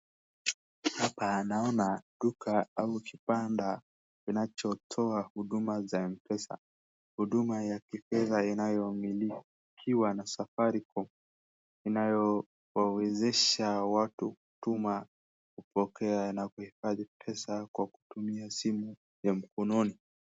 Hapa naona duka au kibanda kinachotoa huduma za Mpesa. Huduma ya kifedha inayomilikiwa na Safaricom, inayowawezesha watu kutuma, kupokea na kuhifadhi pesa kwa kutumia simu ya mkononi.